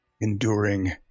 enduring